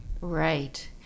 right